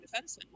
defenseman